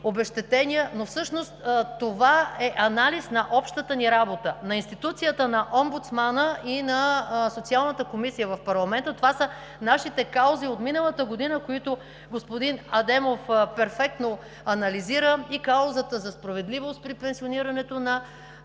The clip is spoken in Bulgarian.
обезщетения“, но всъщност това е анализ на общата ни работа, на институцията на омбудсмана и на Социалната комисия в парламента. Това са нашите каузи от миналата година, които господин Адемов перфектно анализира, и каузата за справедливост при пенсионирането на